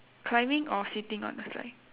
climbing or sitting on the slide